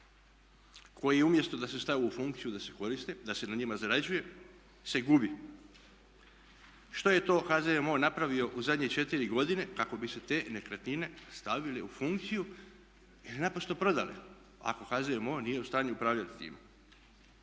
koji umjesto da se stave u funkciju i da se koriste, da se na njima zarađuje se gubi. Što je to HZMO napravio u zadnje 4 godine kako bi se te nekretnine stavile u funkciju ili naprosto prodale ako HZMO nije u stanju upravljati s time?